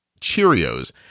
Cheerios